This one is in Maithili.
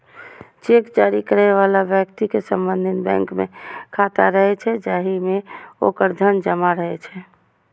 चेक जारी करै बला व्यक्ति के संबंधित बैंक मे खाता रहै छै, जाहि मे ओकर धन जमा रहै छै